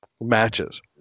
matches